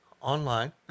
online